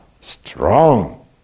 strong